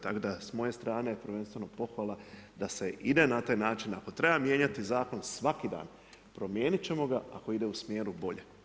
Tako da s moje strane prvenstveno pohvala da se ide na taj način ako treba mijenjati Zakon svaki dana, promijenit ćemo ga ako ide u smjeru bolje.